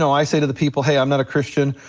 i say to the people hey, i'm not a christian,